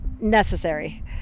necessary